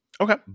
Okay